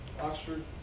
Oxford